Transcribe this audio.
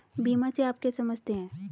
बीमा से आप क्या समझते हैं?